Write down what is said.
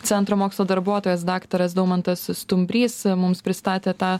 centro mokslo darbuotojas daktaras daumantas stumbrys mums pristatė tą